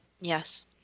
Yes